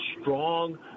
strong